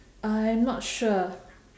I'm not sure